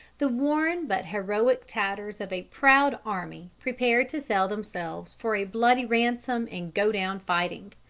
the worn but heroic tatters of a proud army prepared to sell themselves for a bloody ransom and go down fighting,